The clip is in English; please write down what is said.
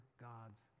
God's